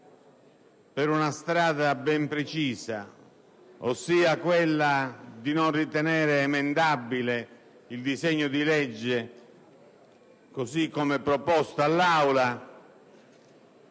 per una strada ben precisa, ossia quella di non ritenere emendabile il disegno di legge così come proposto all'Aula,